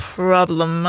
problem